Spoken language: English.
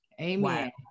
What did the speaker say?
Amen